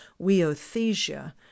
weothesia